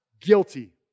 guilty